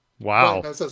Wow